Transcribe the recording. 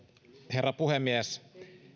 herra puhemies